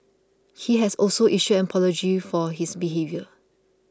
he has also issued an apology for his behaviour